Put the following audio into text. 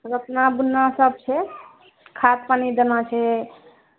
रोपना बुनना सब छै खाद्य पानि देना छै